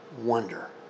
wonder